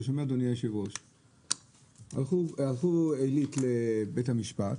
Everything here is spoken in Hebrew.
הלכו עלית לבית המשפט